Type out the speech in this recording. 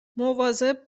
مواظب